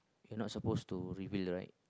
you are not suppose to reveal right